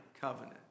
covenant